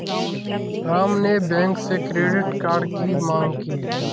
राम ने बैंक से credit card की माँग की